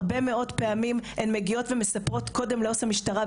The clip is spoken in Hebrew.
הרבה מאוד פעמים הן מגיעות ומספרות קודם לעו"ס המשטרה,